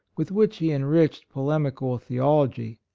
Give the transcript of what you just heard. with which he enriched po lemical theology.